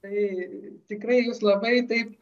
tai tikrai jūs labai taip